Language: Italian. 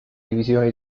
divisione